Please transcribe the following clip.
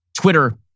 Twitter